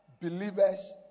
believers